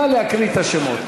נא להקריא את השמות.